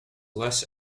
less